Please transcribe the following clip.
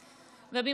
במחילה ממך,